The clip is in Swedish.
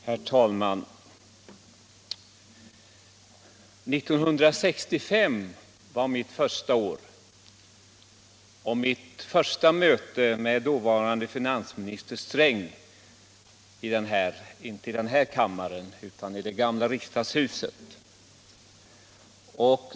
Herr talman! 1965 var mitt första år som riksdagsledamot, och då hade jag i det gamla riksdagshuset mitt första möte med dåvarande finansministern Sträng.